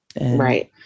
Right